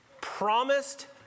promised